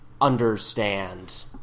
understand